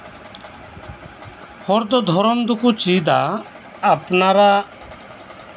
ᱦᱚᱲ ᱫᱚ ᱫᱷᱚᱨᱚᱢ ᱫᱚᱠᱚ ᱪᱮᱫᱟ ᱟᱯᱱᱟᱨᱟᱜ